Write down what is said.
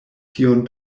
tion